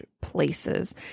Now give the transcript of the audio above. places